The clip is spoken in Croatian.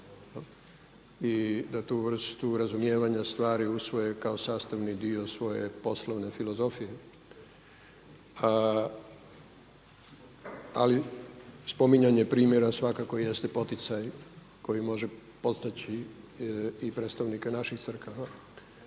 i da tu vrstu razumijevanja stvari usvoje kao sastavni dio svoje poslovne filozofije. Ali spominjanje primjera svakako jeste poticaj koji može postaći i predstavnike naših crkava.